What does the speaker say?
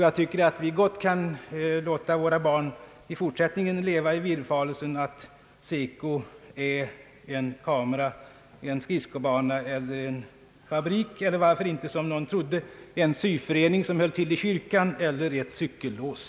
Jag tycker att vi gott kan låta våra barn i fortsättningen leva i villfarelsen att SECO är en kamera, en skridskobana, en fabrik eller varför inte — som någon trodde — en syförening som håller till i kyrkan eller ett cykellås.